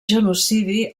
genocidi